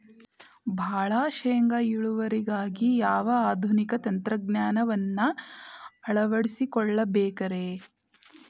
ಭಾಳ ಶೇಂಗಾ ಇಳುವರಿಗಾಗಿ ಯಾವ ಆಧುನಿಕ ತಂತ್ರಜ್ಞಾನವನ್ನ ಅಳವಡಿಸಿಕೊಳ್ಳಬೇಕರೇ?